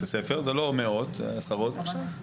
ותעברו על התקציב של הבעלויות,